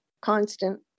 constant